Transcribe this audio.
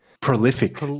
prolific